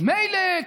אז מילא,